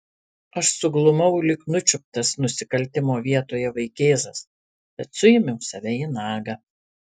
aš suglumau lyg nučiuptas nusikaltimo vietoje vaikėzas bet suėmiau save į nagą